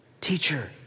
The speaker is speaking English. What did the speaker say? teacher